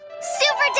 super